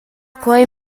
quei